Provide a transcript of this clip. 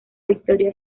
victoria